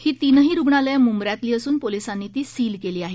ही तीनही रुग्णालयं मुंब्र्यातली असून पोलीसांनी ती सील केली आहेत